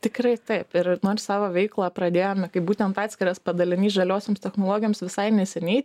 tikrai taip ir nors savo veiklą pradėjome kaip būtent atskiras padalinys žaliosioms technologijoms visai neseniai